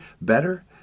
better